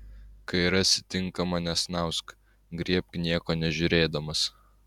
kai rasi tinkamą nesnausk griebk nieko nežiūrėdamas